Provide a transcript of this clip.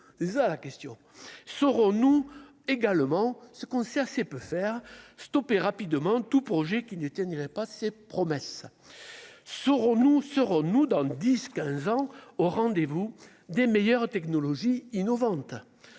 c'est ça la question, saurons-nous également ce qu'on sait assez peu faire stopper rapidement tout projet qui n'tiennent n'irait pas ses promesses, Soro, nous serons-nous dans 10, 15 ans au rendez-vous des meilleures technologies innovantes,